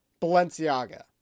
Balenciaga